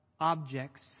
objects